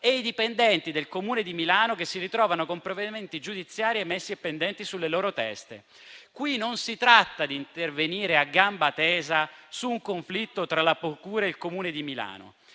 e i dipendenti del Comune di Milano, che si ritrovano con provvedimenti giudiziari emessi e pendenti sulle loro teste. Qui non si tratta di intervenire a gamba tesa in un conflitto tra la procura e il Comune di Milano.